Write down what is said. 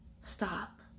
stop